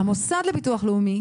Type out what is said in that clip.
המוסד לביטוח לאומי